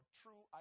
true